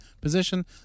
position